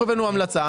אנחנו הבאנו המלצה,